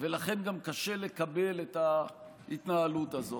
ולכן גם קשה לקבל את ההתנהלות הזאת.